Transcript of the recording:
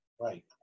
Right